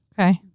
Okay